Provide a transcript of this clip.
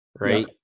right